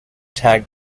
tag